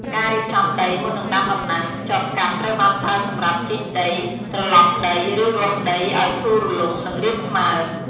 ការៀបចំដី មុននឹងដាំដំណាំ ចបកាប់ត្រូវបានប្រើសម្រាប់ ជីកដី ត្រឡប់ដី ឬ រាស់ដី ឱ្យធូររលុង និងរាបស្មើ។